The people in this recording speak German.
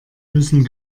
müssen